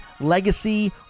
Legacy